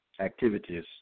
activities